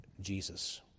Jesus